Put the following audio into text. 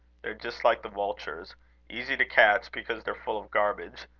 they're just like the vultures easy to catch, because they're full of garbage.